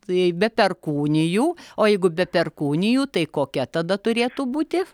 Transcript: be perkūnijų o jeigu be perkūnijų tai kokia tada turėtų būti